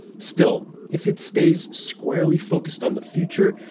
still, if it stays squarely focused on the future,